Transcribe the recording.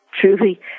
truly